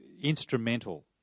instrumental